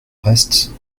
reste